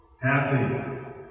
happy